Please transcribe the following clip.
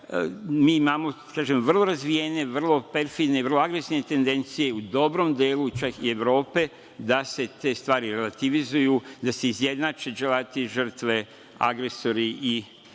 mi imao vrlo razvijene, vrlo perfidne, vrlo agresivne tendencije u dobrom delu, čak i Evrope, da se te stvari relativizuju, da se izjednače dželati i žrtve, agresori i